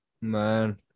man